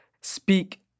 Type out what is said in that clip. Speak